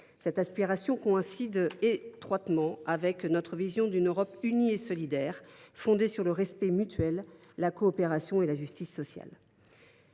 Cette aspiration coïncide étroitement avec notre vision d’une Europe unie et solidaire, fondée sur le respect mutuel, la coopération et la justice sociale.